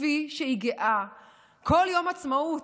כפי שהיא גאה כל יום עצמאות.